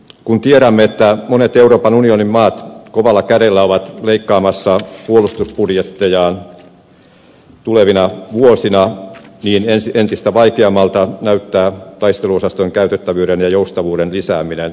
kun tiedämme että monet euroopan unionin maat kovalla kädellä ovat leikkaamassa puolustusbudjettejaan tulevina vuosina niin entistä vaikeammalta näyttää taisteluosastojen käytettävyyden ja joustavuuden lisääminen